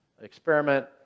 Experiment